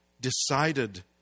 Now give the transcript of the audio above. decided